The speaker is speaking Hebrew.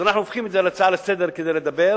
אז אנחנו הופכים את זה להצעה לסדר-היום כדי לדבר,